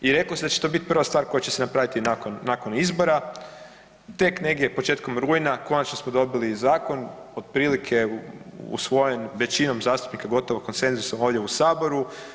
I rekao sam da će to biti prva stvar koja će se napraviti nakon izbora, tek negdje početkom rujna konačno smo dobili zakon, otprilike usvojen većinom zastupnika, gotovo konsenzusom ovdje u Saboru.